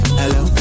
hello